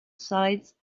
sides